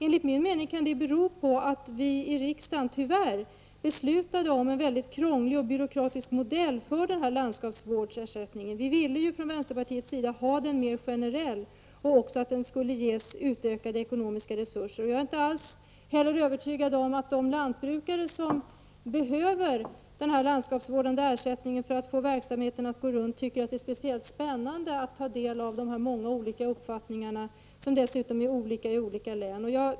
Enligt min mening kan det bero på att vi i riksdagen tyvärr beslutade om en mycket krånglig och byråkratisk modell för den här landskapsvårdsersättningen. Vi i vänsterpartiet ville ha den mer generell och att den även skulle ges utökade ekonomiska resurser. Jag är inte alls övertygad om att de lantbrukare som behöver den här landskapsvårdande ersättningen för att få verksamheten att gå runt, tycker att det speciellt spännande att ta del av de här många olika erfarenheterna. De är dessutom olika i olika län.